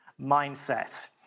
mindset